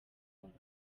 munsi